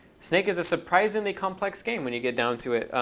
snake is a surprisingly complex game when you get down to it.